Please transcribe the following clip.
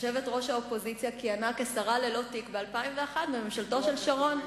יושבת-ראש האופוזיציה כיהנה כשרה ללא תיק ב-2001 בממשלתו של שרון.